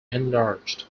enlarged